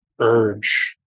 urge